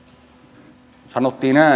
asia yksi